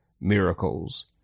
miracles